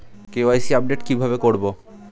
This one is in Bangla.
কে.ওয়াই.সি আপডেট কি ভাবে করবো?